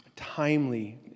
timely